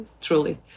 truly